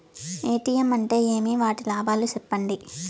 ATM అంటే ఏమి? వాటి లాభాలు సెప్పండి?